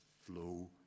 flow